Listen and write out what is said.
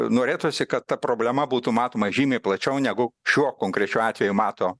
norėtųsi kad ta problema būtų matoma žymiai plačiau negu šiuo konkrečiu atveju mato